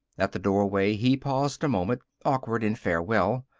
at the doorway he paused a moment, awkward in farewell.